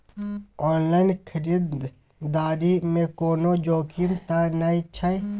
Online खरीददारी में कोनो जोखिम त नय छै?